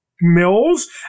mills